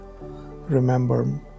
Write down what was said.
remember